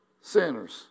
sinners